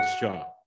job